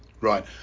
Right